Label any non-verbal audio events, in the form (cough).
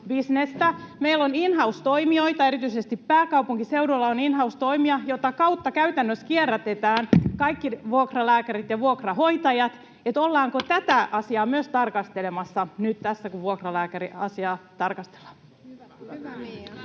meillä on in-house-toimijoita — erityisesti pääkaupunkiseudulla on in-house-toimija, jota kautta käytännössä kierrätetään (noise) kaikki vuokralääkärit ja vuokrahoitajat — niin ollaanko tätä asiaa myös tarkastelemassa nyt tässä, kun vuokralääkäriasiaa tarkastellaan? [Speech